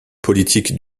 politiques